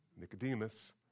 Nicodemus